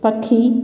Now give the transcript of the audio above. पख़ी